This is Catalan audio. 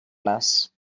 les